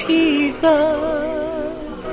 Jesus